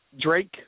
Drake